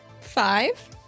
Five